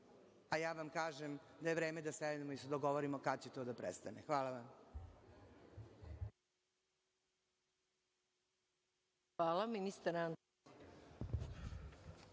A ja vam kažem da je vreme da sednemo i da se dogovorimo kada će to da prestane. Hvala vam.